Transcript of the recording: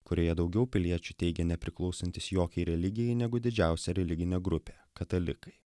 kurioje daugiau piliečių teigia nepriklausantys jokiai religijai negu didžiausia religinė grupė katalikai